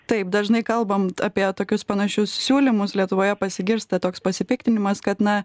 taip dažnai kalbant apie tokius panašius siūlymus lietuvoje pasigirsta toks pasipiktinimas kad na